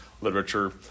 literature